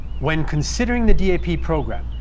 when considering the dap program,